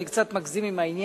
אני קצת מגזים עם העניין,